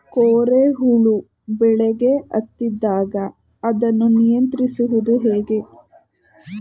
ಕೋರೆ ಹುಳು ಬೆಳೆಗೆ ಹತ್ತಿದಾಗ ಅದನ್ನು ನಿಯಂತ್ರಿಸುವುದು ಹೇಗೆ?